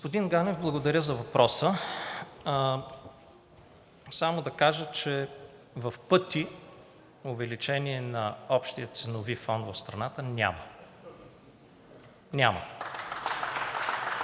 Господин Ганев, благодаря за въпроса. Само да кажа, че в пъти увеличение на общия ценови фон в страната няма. Няма!